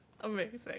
Amazing